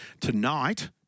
tonight